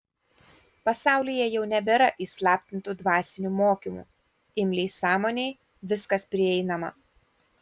pasaulyje jau nebėra įslaptintų dvasinių mokymų imliai sąmonei viskas prieinama